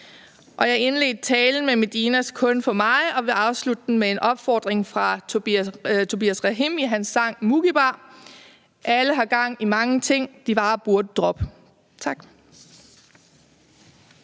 Jeg indledte talen med Medinas »Kun for mig«, og jeg vil afslutte den med en opfordring fra Tobias Rahim i hans sang »Mucki Bar«: »Alle har gang i mange ting, de bare burde drop'«. Tak.